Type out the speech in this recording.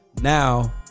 now